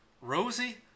Rosie